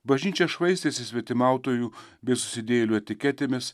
bažnyčia švaistėsi svetimautojų bei susidėjėlių etiketėmis